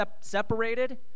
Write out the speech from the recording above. separated